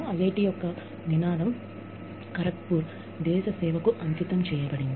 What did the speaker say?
IIT Kharagpur యొక్క నినాదం దేశ సేవకు అంకితం చేయబడింది